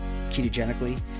ketogenically